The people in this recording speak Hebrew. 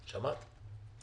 שמעת?